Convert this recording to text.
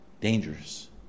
Dangerous